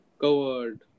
covered